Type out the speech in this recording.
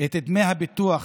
את דמי הביטוח